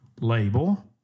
label